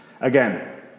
Again